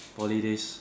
Poly days